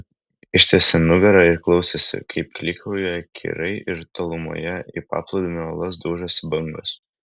ištiesė nugarą ir klausėsi kaip klykauja kirai ir tolumoje į paplūdimio uolas daužosi bangos